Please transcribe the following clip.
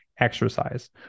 exercise